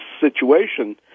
situation